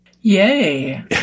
Yay